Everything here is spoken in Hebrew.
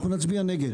אנחנו נצביע נגד,